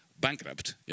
bankrupt